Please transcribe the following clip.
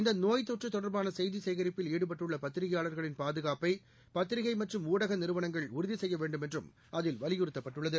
இந்த நோய் தொற்று தொடர்பான செய்தி சேகரிப்பில் ஈடுபட்டுள்ள பத்திரிகையாளர்களின் பாதுகாப்பை பத்திரிகை மற்றும் ஊடக நிறுவனங்கள் உறுதி செய்ய வேண்டுமென்றும் அதில் வலியுறுத்தப்பட்டுள்ளது